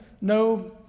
no